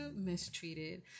mistreated